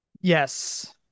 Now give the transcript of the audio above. Yes